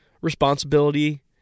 responsibility